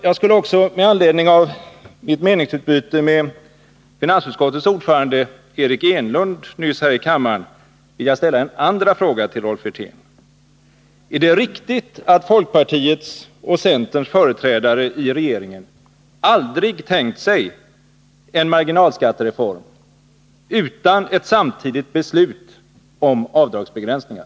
Jag skulle också med anledning av mitt meningsutbyte med finansutskottets ordförande Eric Enlund nyss här i kammaren vilja ställa en andra fråga till Rolf Wirtén: Är det riktigt att folkpartiets och centerns företrädare i regeringen aldrig tänkt sig en marginalskattereform utan ett samtidigt beslut om avdragsbegränsningar?